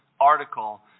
article